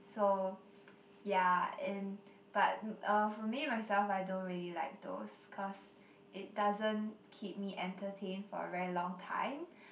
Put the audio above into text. so ya and but uh for me myself I don't really like those cause it doesn't keep me entertained for a very long time